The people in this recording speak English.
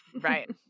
Right